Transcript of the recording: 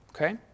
Okay